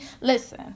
listen